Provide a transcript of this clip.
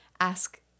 ask